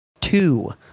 two